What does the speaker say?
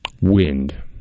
wind